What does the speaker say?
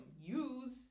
use